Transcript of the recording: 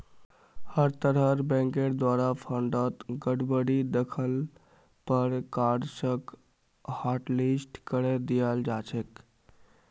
हर तरहर बैंकेर द्वारे फंडत गडबडी दख ल पर कार्डसक हाटलिस्ट करे दियाल जा छेक